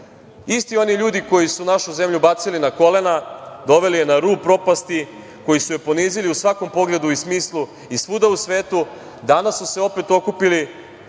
oni ljudi koji su našu zemlju bacili na kolena, doveli je na rub propasti, koji su je ponizili u svakom pogledu i smislu, i svuda u svetu, danas su se opet okupili